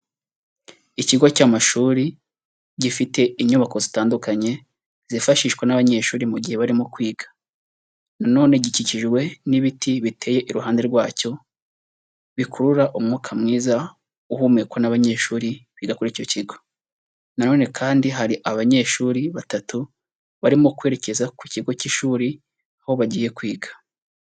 Ikigo cy'amashuri gifite inyubako zitandukanye zifashishwa n'abanyeshuri mu gihe barimo kwiga, na none gikikijwe n'ibiti biteye iruhande rwacyo bikurura umwuka mwiza uhumekwa n'abanyeshuri biga kuri icyo kigo, na none kandi hari abanyeshuri batatu barimo kwerekeza ku kigo cy'ishuri, aho bagiye kwiga.